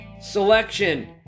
Selection